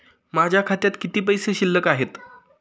माझ्या खात्यात किती पैसे शिल्लक आहेत?